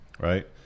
right